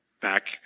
back